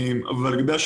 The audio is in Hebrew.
אבל אני כן יודע